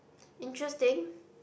interesting